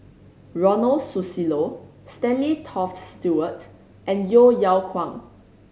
Ronald Susilo Stanley Toft Stewart and Yeo Yeow Kwang